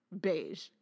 beige